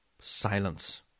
Silence